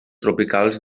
tropicals